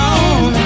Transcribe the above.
on